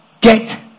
Get